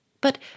But